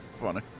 funny